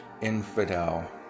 Infidel